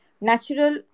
natural